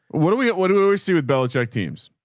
what do we, what do we see with bell jack teams?